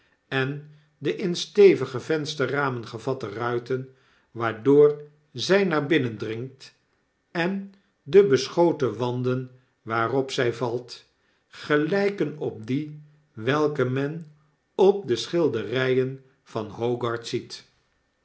en de in stevige vensterramen gevatte ruiten waardoor zy naar binnen dringt en de beschoten wanden waarop zy valt gelyken op die welke men op de schilderyen van hogarth ziet